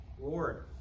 Lord